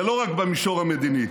ולא רק במישור המדיני.